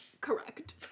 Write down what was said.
Correct